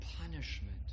punishment